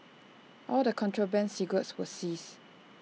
all the contraband cigarettes were seized